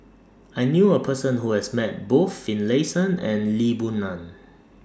I knew A Person Who has Met Both Finlayson and Lee Boon Ngan